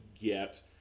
get